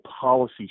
policy